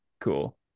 cool